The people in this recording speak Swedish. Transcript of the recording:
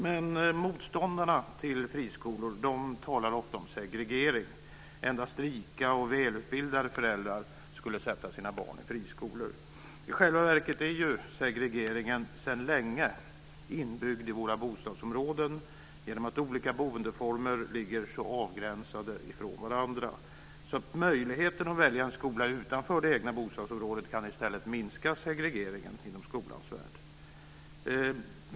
Men motståndarna till friskolor talar ofta om segregering, om att endast rika och välutbildade föräldrar skulle sätta sina barn i friskolor. I själva verket är segregeringen sedan länge inbyggd i våra bostadsområden genom att olika boendeformer ligger så avgränsade från varandra. Möjligheten att välja en skola utanför det egna bostadsområdet kan i stället minska segregeringen inom skolans värld.